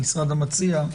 המשרד המציע,